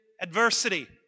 adversity